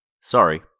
Sorry